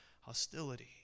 hostility